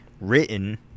written